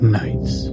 nights